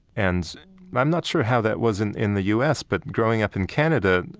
and i'm not sure how that was in in the u s, but growing up in canada,